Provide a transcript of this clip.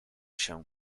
się